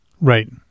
Right